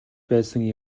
байсан